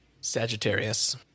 Sagittarius